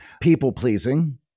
people-pleasing